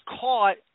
caught